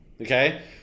okay